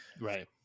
right